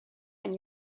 and